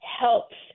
helps